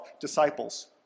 disciples